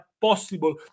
possible